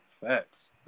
facts